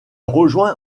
rejoint